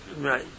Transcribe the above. Right